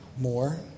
more